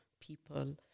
people